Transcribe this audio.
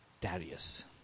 Darius